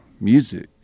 music